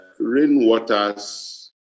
Rainwaters